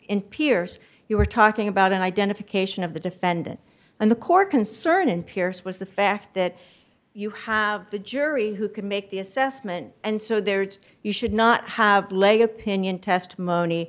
in pierce you were talking about an identification of the defendant and the court concern in pierce was the fact that you have the jury who can make the assessment and so there it's you should not have lay opinion testimony